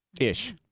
ish